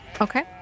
Okay